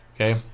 Okay